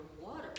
water